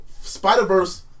Spider-Verse